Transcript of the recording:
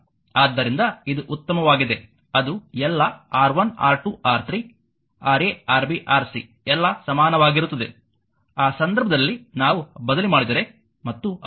ಆದ್ದರಿಂದ ಇದು ಉತ್ತಮವಾಗಿದೆ ಅದು ಎಲ್ಲಾ R1 R2 R3 Ra Rb Rc ಎಲ್ಲಾ ಸಮಾನವಾಗಿರುತ್ತದೆ ಆ ಸಂದರ್ಭದಲ್ಲಿ ನಾವು ಬದಲಿ ಮಾಡಿದರೆ ಮತ್ತು ಅದು ಅಷ್ಟೆ